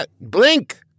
blink